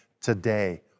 today